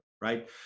right